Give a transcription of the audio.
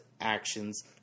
actions